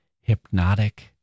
hypnotic